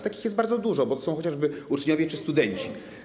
Takich jest bardzo dużo, bo to są chociażby uczniowie czy studenci.